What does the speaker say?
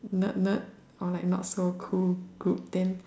nerd nerd or like not so cool group then